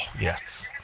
Yes